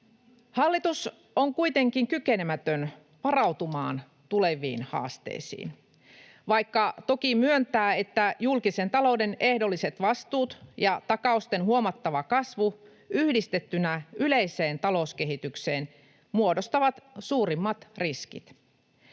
Hallitus on kuitenkin kykenemätön varautumaan tuleviin haasteisiin, vaikka toki myöntää, että julkisen talouden ehdolliset vastuut ja takausten huomattava kasvu yhdistettynä yleiseen talouskehitykseen muodostavat suurimmat riskit.